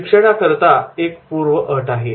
शिकण्याकरता एक पूर्व अट आहे